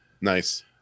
Nice